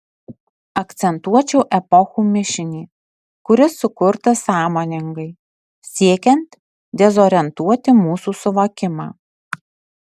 akcentuočiau epochų mišinį kuris sukurtas sąmoningai siekiant dezorientuoti mūsų suvokimą